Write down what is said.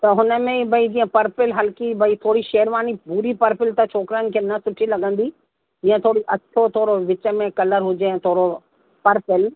त हुन में ई भई जीअं पर्पिल हल्की भई थोड़ी शेरवानी भूरी पर्पिल त छोकरन खे न सुठी लॻंदी जीअं थोड़ी अछो थोड़ो विच में कलर हुजे ऐं थोड़ो पर्पिल